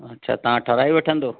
अच्छा तव्हां ठहाराइ वठंदो